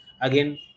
again